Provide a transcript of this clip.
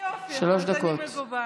אז אני מגובה.